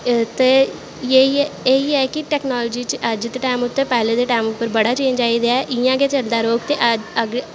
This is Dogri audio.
ते एही ऐ टैकनॉलजी च अज्ज दे टैम उप्पर पैह्लें दे टैम उप्पर बड़ा चेंज़ आई दा ऐ ते इयां गै चलदा रौह्द ते अग्गैं